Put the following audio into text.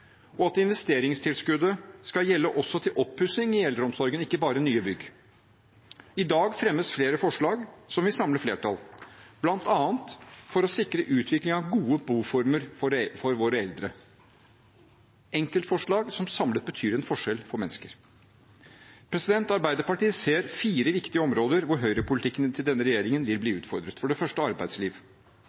og at investeringstilskuddet skal gjelde også oppussing i eldreomsorgen, ikke bare nye bygg. I dag fremmes flere forslag som vil samle flertall, bl.a. for å sikre utvikling av gode boformer for våre eldre – enkeltforslag som samlet betyr en forskjell for mennesker. Arbeiderpartiet ser fire viktige områder hvor høyrepolitikken til denne regjeringen vil bli utfordret. For det første arbeidsliv: